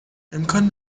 امکان